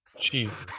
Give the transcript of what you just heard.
Jesus